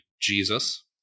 Jesus